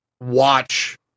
watch